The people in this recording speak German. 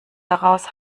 heraus